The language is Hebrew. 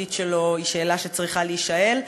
הסביבתית שלו היא שאלה שצריכה להישאל,